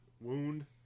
wound